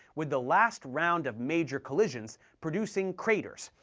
with the last round of major collisions producing craters,